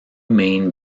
main